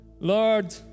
Lord